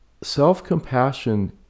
self-compassion